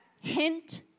hint